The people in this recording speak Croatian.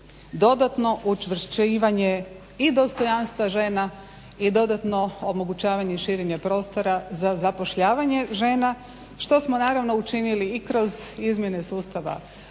dodatno učvršćivanje i dostojanstva žena i dodatno omogućavanje i širenje prostora za zapošljavanje žena što smo naravno učinili i kroz izmjene sustava